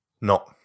No